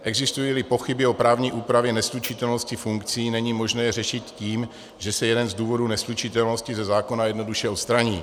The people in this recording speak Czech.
Existujíli pochyby o právní úpravě neslučitelnosti funkcí, není možné je řešit tím, že se jeden z důvodů neslučitelnosti ze zákona jednoduše odstraní.